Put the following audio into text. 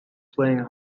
playing